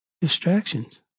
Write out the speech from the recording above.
Distractions